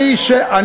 אתה תעזור להעביר,